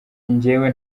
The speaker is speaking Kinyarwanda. njyewe